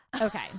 Okay